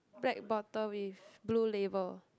black bottle with blue label